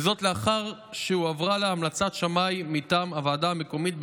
וזאת לאחר שהועברה להמלצת שמאי מטעם הוועדה המקומית,